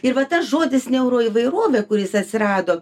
ir va tas žodis neuroįvairovė kuris atsirado